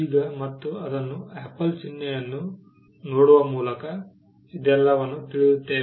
ಈಗ ಮತ್ತು ಅದನ್ನು ಆಪಲ್ ಚಿನ್ನೆಯನ್ನು ನೋಡುವ ಮೂಲಕ ಇದೆಲ್ಲವನ್ನು ತಿಳಿಯುತ್ತೇವೆ